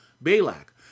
Balak